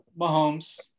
mahomes